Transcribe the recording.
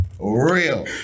real